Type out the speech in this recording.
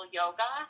yoga